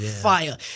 Fire